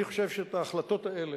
אני חושב שאת ההחלטות האלה,